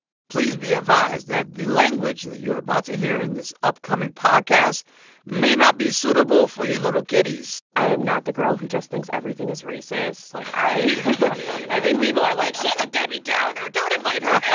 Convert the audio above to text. please be advised that the language that you're about to hear in this upcoming podcast may not be suitable for your little kiddies i am not the girl who just thinks everything is racist. like, i i think people are like, she's a debbie downer. don't invite her anywhere.